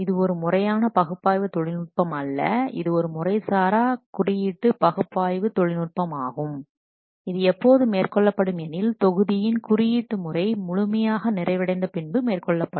இது ஒரு முறையான பகுப்பாய்வு தொழில்நுட்பம் அல்ல ஒரு முறை சாரா குறியீடு பகுப்பாய்வு தொழில்நுட்பமாகும் இது எப்போது மேற்கொள்ளப்படும் எனில் தொகுதியின் குறியீட்டு முறை முழுமையாக நிறைவடைந்த பின்பு மேற்கொள்ளப்படும்